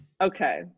okay